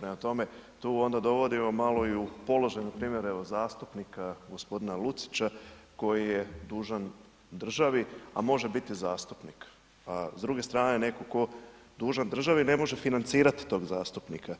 Prema tome, tu onda dovodimo malo i u položaj npr. evo zastupnika g. Lucića koji je dužan državi, a može biti zastupnik, a s druge strane netko tko je dužan državi, ne može financirati tog zastupnika,